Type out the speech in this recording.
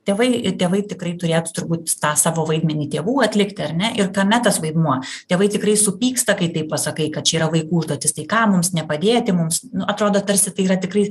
tėvai tėvai tikrai turėtų turbūt tą savo vaidmenį tėvų atlikti ar ne ir kame tas vaidmuo tėvai tikrai supyksta kai taip pasakai kad čia yra vaikų užduotis tai ką mums nepadėti mums atrodo tarsi tai yra tikrai